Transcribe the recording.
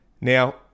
Now